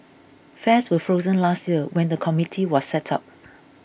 fares were frozen last year when the committee was set up